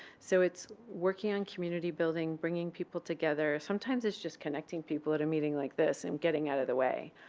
so it's working on community building, bringing people together. sometimes it's just connecting people at a meeting like this and getting out of the way.